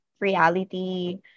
reality